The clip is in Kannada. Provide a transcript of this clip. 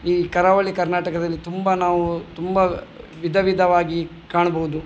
ಈ ಕರಾವಳಿ ಕರ್ನಾಟಕದಲ್ಲಿ ತುಂಬ ನಾವೂ ತುಂಬ ವಿಧವಿಧವಾಗಿ ಕಾಣಬಹುದು